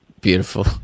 beautiful